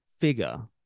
figure